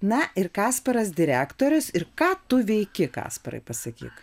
na ir kasparas direktorius ir ką tu veiki kasparai pasakyk